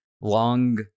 long